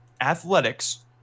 Athletics